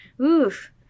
oof